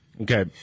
Okay